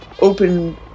open